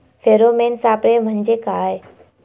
Pheromone सापळे म्हंजे काय?